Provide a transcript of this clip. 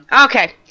Okay